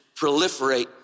proliferate